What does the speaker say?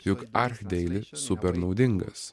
juk archdeili supernaudingas tai